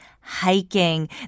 hiking